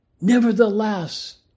Nevertheless